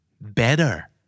better